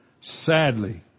Sadly